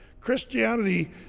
Christianity